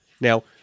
Now